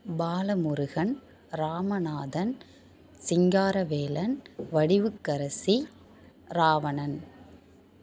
Bala Murugan Ramanathan Singaravelan Vadivukkarasi Ravanan